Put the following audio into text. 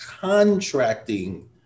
contracting